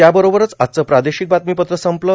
याबरोबरच आजचं प्रार्दोशक बातमीपत्र संपलं